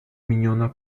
miniona